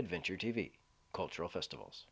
adventure t v cultural festivals